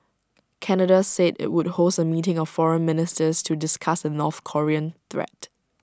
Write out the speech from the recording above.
Canada said IT would host A meeting of foreign ministers to discuss the north Korean threat